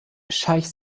scheich